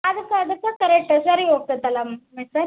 ಅದಕ್ಕೆ ಅದಕ್ಕೆ ಕರೆಟ್ ಸರಿ ಹೋಗ್ತೈತ್ತಲ್ಲಾ ಮಿಸ್